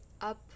up